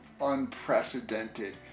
unprecedented